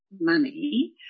money